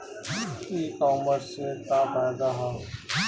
ई कामर्स से का फायदा ह?